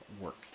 work